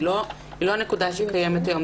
היא לא הנקודה שקיימת היום.